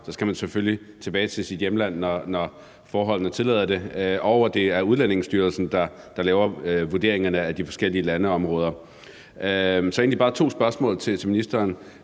i Danmark, selvfølgelig skal tilbage til sit hjemland, når forholdene tillader det, og at det er Udlændingestyrelsen, der laver vurderingerne af de forskellige landområder. Så jeg har egentlig bare to spørgsmål til ministeren.